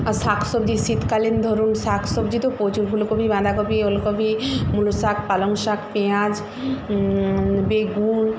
আর শাকসবজি শীতকালীন ধরুন শাকসবজি তো প্রচুর ফুলকপি বাঁধাকপি ওলকপি মুলো শাক পালং শাক পেঁয়াজ বেগুন